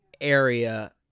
area